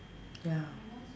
ya